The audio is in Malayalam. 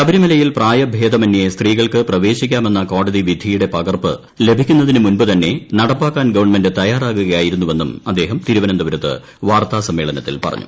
ശബരിമലയിൽ പ്രായഭേദമന്യേ സ്ത്രീകൾക്ക് പ്രവേശിക്കാമെന്ന കോടതി വിധിയുടെ പകർപ്പ് ലഭിക്കുന്നതിനു മുൻപുതന്നെ നടപ്പാക്കാൻ ഗവൺമെന്റ് തയാറാകുകയായിരുന്നുവെന്നും അദ്ദേഹം തിരുവനന്തപുരത്ത് വാർത്താ സമ്മേളനത്തിൽ പറഞ്ഞു